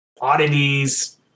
oddities